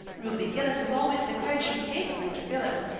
ruby gillis has always declared she hated mr. phillips,